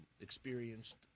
Experienced